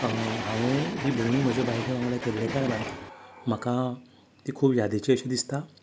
हांवें ही भोंवणी म्हज्या बायले वांगडा केल्ल्या कारणान म्हाका ती खूब यादेची अशी दिसता